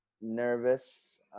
nervous